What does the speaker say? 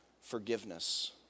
forgiveness